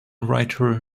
writer